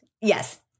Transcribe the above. Yes